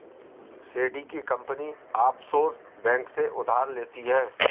Sandy की company offshore bank से उधार लेती है